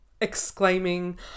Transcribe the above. exclaiming